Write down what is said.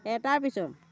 এটাৰ পিছৰ